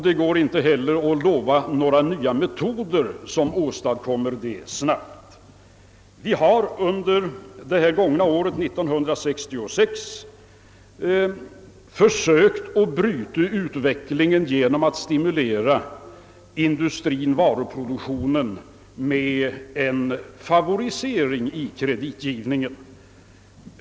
Det går inte heller att lova nya metoder som snabbt åstadkommer allt detta. Vi har under det gångna året försökt att bryta utvecklingen genom att stimulera industrien-varuproduktionen med en favorisering i kreditgivningen.